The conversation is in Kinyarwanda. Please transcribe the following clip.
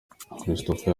christopher